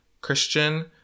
Christian